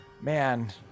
Man